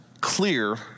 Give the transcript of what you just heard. clear